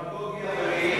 דמגוגיה במילים,